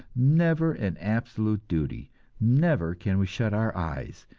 never an absolute duty never can we shut our eyes,